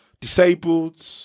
disabled